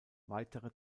weitere